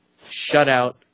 shutout